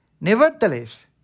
Nevertheless